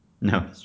No